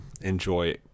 enjoy